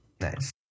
Nice